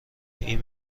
این